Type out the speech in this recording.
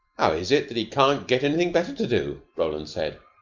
how is it that he can't get anything better to do? roland said.